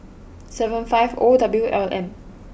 seven five O W L M